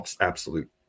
absolute